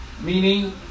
meaning